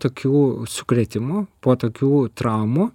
tokių sukrėtimų po tokių traumų